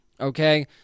Okay